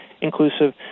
inclusive